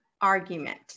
argument